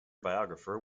biographer